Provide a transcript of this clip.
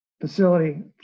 facility